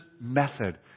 method